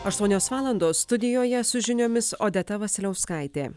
aštuonios valandos studijoje su žiniomis odeta vasiliauskaitė